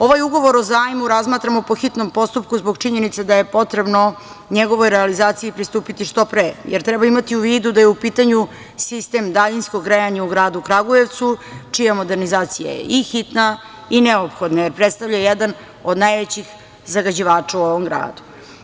Ovaj Ugovor o zajmu razmatramo po hitnom postupku zbog činjenice da je potrebno njegovoj realizaciji pristupiti što pre, jer treba imati u vidu da je u pitanju sistem daljinskog grejanja u gradu Kragujevcu, čija modernizacija je i hitna i neophodna, jer predstavljaju jedan od najvećih zagađivača u ovom gradu.